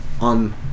on